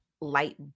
light